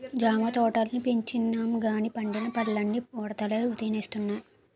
జామ తోటల్ని పెంచినంగానీ పండిన పల్లన్నీ ఉడతలే తినేస్తున్నాయి